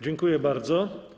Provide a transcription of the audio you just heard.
Dziękuję bardzo.